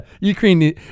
Ukraine